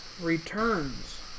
Returns